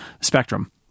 spectrum